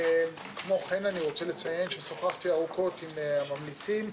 שוחחתי ארוכות עם הממליצים.